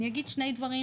אני אגיד שני דברים